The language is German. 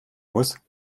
muss